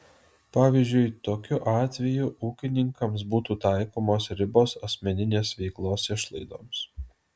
pavyzdžiui tokiu atveju ūkininkams būtų taikomos ribos asmeninės veiklos išlaidoms